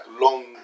long